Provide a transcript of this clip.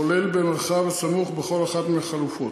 כולל במרחב הסמוך בכל אחת מהחלופות,